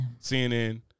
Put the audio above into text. CNN